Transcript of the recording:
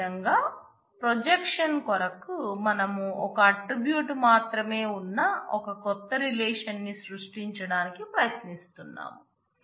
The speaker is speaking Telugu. అదే విధంగా ప్రొజెక్షన్ కొరకు మనం ఒక ఆట్రిబ్యూట్ మాత్రమే ఉన్న ఒక కొత్త రిలేషన్ న్ని సృష్టించడానికి ప్రయత్నిస్తున్నాం